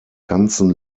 ganzen